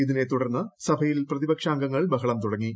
ഇതിനെ തുടർന്ന് സഭയിൽ പ്രതിപക്ഷാംഗങ്ങൾ ബഹളം തുടങ്ങി